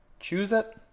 choose it.